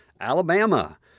Alabama